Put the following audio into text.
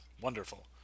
Wonderful